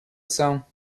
cents